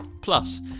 Plus